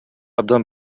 абдан